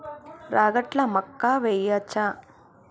రాగట్ల మక్కా వెయ్యచ్చా?